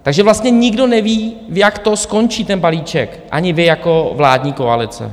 Takže vlastně nikdo neví, jak to skončí ten balíček, ani vy jako vládní koalice.